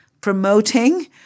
promoting